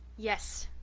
yes,